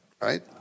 right